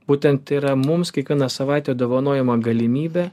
būtent tai yra mums kiekvieną savaitę dovanojama galimybė